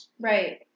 Right